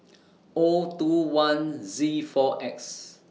O two one Z four X